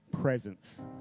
presence